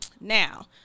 Now